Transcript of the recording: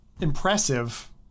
impressive